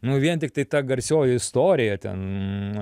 nu vien tiktai ta garsioji istorija ten